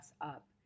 up